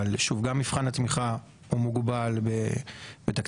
אבל שוב, גם מבחן התמיכה הוא מוגבל בתקציב.